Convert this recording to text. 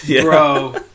Bro